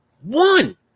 One